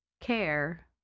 care